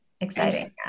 exciting